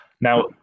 Now